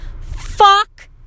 Fuck